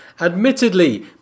admittedly